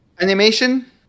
Animation